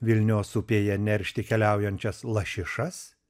vilnios upėje neršti keliaujančias lašišas